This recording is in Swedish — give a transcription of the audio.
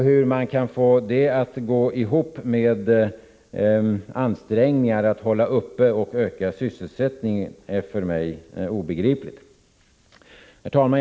Hur man kan få det att gå ihop med ansträngningar att upprätthålla och öka sysselsättningen är för mig obegripligt. Herr talman!